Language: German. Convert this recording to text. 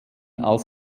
als